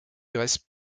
grèce